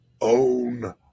own